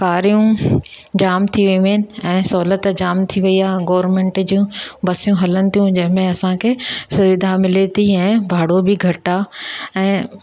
कारियूं जाम थी वियो आहिनि ऐं सहुल्यत जाम थी वई आहे गवर्नमेंट जूं बसियूं हलनि थियूं जंहिंमें असांखे सुविधा मिले थी ऐं भाड़ो बि घटि आहे ऐं